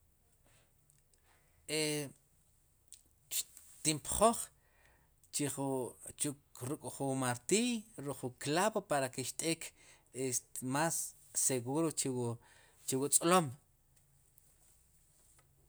e xtin pjooj chiju chuju ruk'jun martiy ruk' jun clavo para ke xt'ek est más seguro chuwu chuwu tz'lom